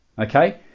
okay